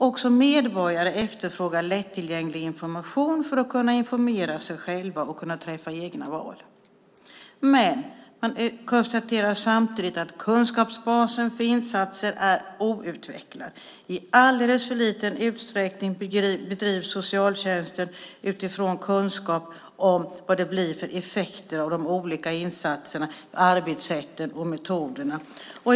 Också medborgare efterfrågar lättillgänglig information för att kunna informera sig själva och träffa egna val, skriver man även i utredningen. Men utredaren konstaterar samtidigt att kunskapsbasen för insatser är outvecklad. I alldeles för liten utsträckning bedrivs socialtjänsten utifrån kunskap om vad det blir för effekter av de olika insatserna, arbetssätten och metoderna.